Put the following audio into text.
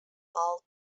all